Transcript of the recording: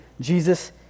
Jesus